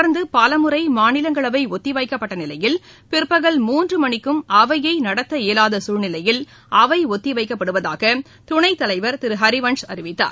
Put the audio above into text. தொடர்ந்து பலமுறை மாநிலங்களவை ஒத்திவைக்கப்பட்ட நிலையில் பிற்பகல் மூன்று மணிக்கும் அவையை நடத்த இயலாத சுழ்நிலையில் அவை ஒத்திவைக்கப்படுவதாக துணைத்தலைவர் திரு அரிவன்ஷ் அறிவித்தார்